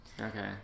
Okay